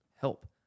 help